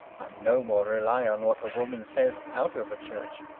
i no more rely on what a woman says out of a church,